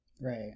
Right